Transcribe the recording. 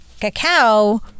cacao